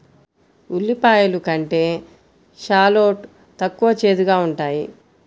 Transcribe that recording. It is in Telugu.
ఉల్లిపాయలు కంటే షాలోట్ తక్కువ చేదుగా ఉంటాయి